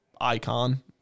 icon